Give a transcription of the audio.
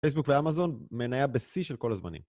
פייסבוק ואמזון מנהיה בשיא של כל הזמנים.